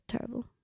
terrible